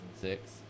six